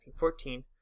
1914